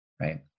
right